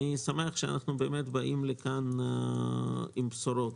אני שמח שאנחנו באים לכאן עם בשורות.